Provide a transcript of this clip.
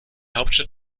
hauptstadt